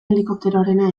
helikopteroarena